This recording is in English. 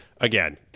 again